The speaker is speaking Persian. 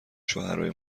شوهرای